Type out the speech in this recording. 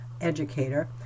educator